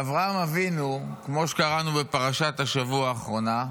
ואברהם אבינו, כמו שקראנו בפרשת השבוע האחרונה,